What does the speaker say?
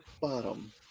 bottom